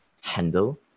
handle